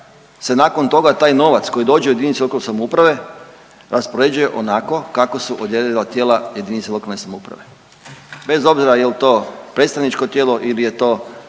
se nakon toga taj novac koji dođe u jedinicu lokalne samouprave raspoređuje onako kako su odredila tijela jedinice lokalne samouprave bez obzira jel' to predstavničko tijelo ili je to